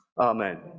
Amen